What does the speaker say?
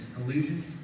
Illusions